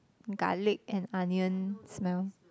garlic and onion smells